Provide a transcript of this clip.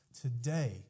today